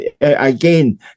again